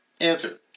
Answer